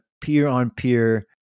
peer-on-peer